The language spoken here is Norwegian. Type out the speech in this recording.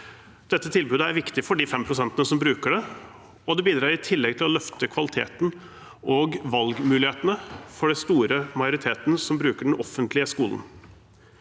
Dette tilbudet er viktig for de fem prosentene som bruker det, og det bidrar i tillegg til å løfte kvaliteten og valgmulighetene for den store majoriteten som bruker den offentlige skolen.